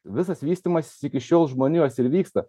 visas vystymasis iki šiol žmonijos ir vyksta